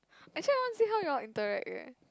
actually I want see how y'all interact eh